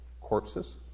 corpses